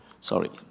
Sorry